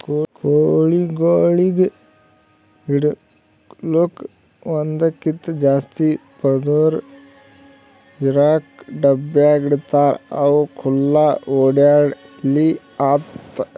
ಕೋಳಿಗೊಳಿಗ್ ಇಡಲುಕ್ ಒಂದಕ್ಕಿಂತ ಜಾಸ್ತಿ ಪದುರ್ ಇರಾ ಡಬ್ಯಾಗ್ ಇಡ್ತಾರ್ ಅವು ಖುಲ್ಲಾ ಓಡ್ಯಾಡ್ಲಿ ಅಂತ